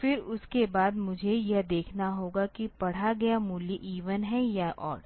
फिर उसके बाद मुझे यह देखना होगा कि पढ़ा गया मूल्य इवन है या ओड